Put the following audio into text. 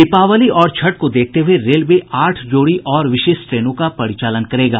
दीपावली और छठ को देखते हुए रेलवे आठ जोड़ी और विशेष ट्रेनों का परिचालन करेगा